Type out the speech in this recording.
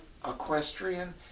Equestrian